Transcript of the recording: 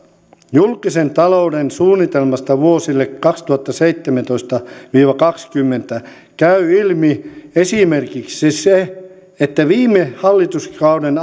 julkisen talouden suunnitelmasta vuosille kaksituhattaseitsemäntoista viiva kaksikymmentä käy ilmi esimerkiksi se että viime hallituskauden